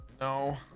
no